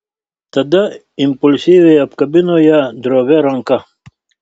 tada impulsyviai apkabino ją drovia ranka